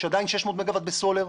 יש עדיין 600 מגה-ואט בסולר.